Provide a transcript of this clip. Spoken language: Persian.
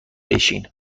بشین